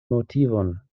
motivon